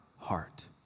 heart